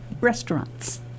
restaurants